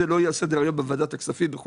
לא יהיה על סדר היום בוועדת הכספים ולא